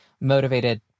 motivated